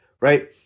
right